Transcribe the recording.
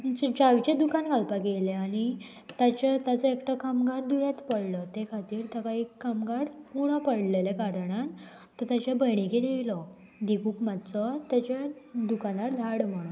चावचें दुकान घालपाक येयलें आनी ताच्या ताचो एकटो कामगार दुयेंत पडलो ते खातीर ताका एक कामगार उणो पडलेले कारणान तो ताच्या भयणीकीर येयलो दिकूक मातसो ताच्या दुकानार धाड म्हणोन